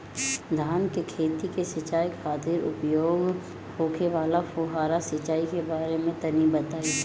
धान के खेत की सिंचाई खातिर उपयोग होखे वाला फुहारा सिंचाई के बारे में तनि बताई?